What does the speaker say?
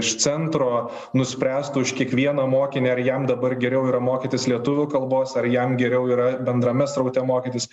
iš centro nuspręstų už kiekvieną mokinį ar jam dabar geriau yra mokytis lietuvių kalbos ar jam geriau yra bendrame sraute mokytis